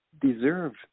deserve